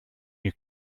you